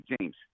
James